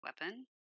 weapon